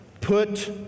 Put